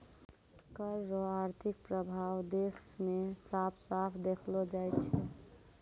कर रो आर्थिक प्रभाब देस मे साफ साफ देखलो जाय छै